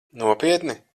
nopietni